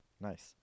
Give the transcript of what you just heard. Nice